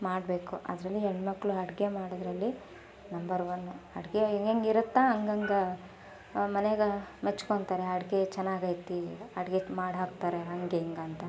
ಮಾಡಬೇಕು ಅದರಲ್ಲಿ ಹೆಣ್ ಮಕ್ಕಳು ಅಡುಗೆ ಮಾಡೋದರಲ್ಲಿ ನಂಬರ್ ವನ್ನು ಅಡುಗೆ ಹೆಂಗೆಂಗ್ ಇರುತ್ತೋ ಹಂಗಂಗ್ ಮನೆಯಾಗ ಮೆಚ್ಕೊಂತಾರೆ ಅಡುಗೆ ಚೆನ್ನಾಗೈತಿ ಅಡುಗೆ ಮಾಡಿ ಹಾಕ್ತಾರೆ ಹಾಗೆ ಹೀಗೆ ಅಂತ